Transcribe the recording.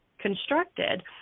constructed